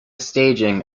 staging